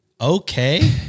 okay